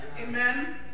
Amen